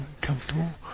comfortable